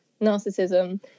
Narcissism